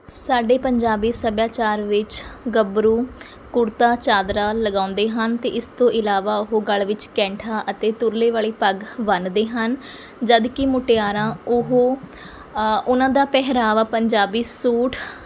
ਸਾਡੇ ਪੰਜਾਬੀ ਸੱਭਿਆਚਾਰ ਵਿੱਚ ਗੱਭਰੂ ਕੁੜਤਾ ਚਾਦਰਾ ਲਗਾਉਂਦੇ ਹਨ ਅਤੇ ਇਸ ਤੋਂ ਇਲਾਵਾ ਉਹ ਗਲ਼ ਵਿੱਚ ਕੈਂਠਾ ਅਤੇ ਤੁਰਲੇ ਵਾਲੀ ਪੱਗ ਬੰਨਦੇ ਹਨ ਜਦ ਕਿ ਮੁਟਿਆਰਾਂ ਉਹ ਉਹਨਾਂ ਦਾ ਪਹਿਰਾਵਾ ਪੰਜਾਬੀ ਸੂਟ